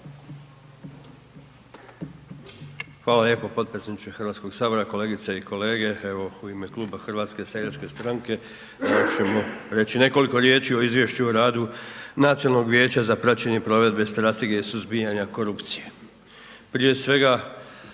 Hvala lijepo potpredsjedniče Hrvatskog sabora, kolegice i kolege. Evo Klub Hrvatske seljačke stranke još ćemo reći nekoliko riječi o izvješću o radu Nacionalnog vijeća za praćenje provedbe strategije suzbijanja korupcije. Prije svega,